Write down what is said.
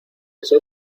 eso